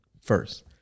first